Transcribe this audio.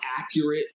accurate